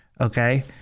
okay